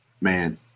man